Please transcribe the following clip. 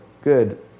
good